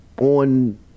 On